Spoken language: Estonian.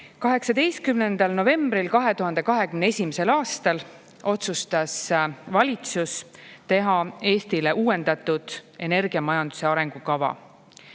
18. novembril 2021. aastal otsustas valitsus teha Eestile uuendatud energiamajanduse arengukava.